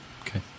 Okay